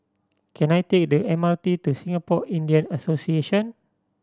can I take the M R T to Singapore Indian Association